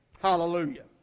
Hallelujah